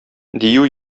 дию